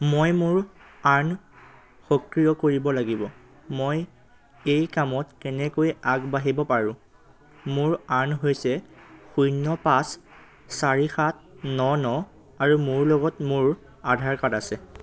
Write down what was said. মই মোৰ আৰ্ণ সক্ৰিয় কৰিব লাগিব মই এই কামত কেনেকৈ আগবাঢ়িব পাৰোঁ মোৰ আৰ্ণ হৈছে শূন্য পাঁচ চাৰি সাত ন ন আৰু মোৰ লগত মোৰ আধাৰ কাৰ্ড আছে